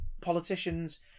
politicians